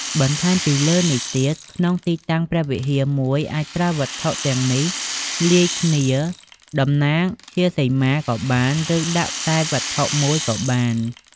បន្ថែមពីលើនេះទៀតក្នុងទីតាំងព្រះវិហារមួយ អាចប្រើវត្ថុទាំងនេះ លាយគ្នាដំណាងជាសីមាក៏បាន ឬដាក់តែវត្ថុ១ក៏បាន។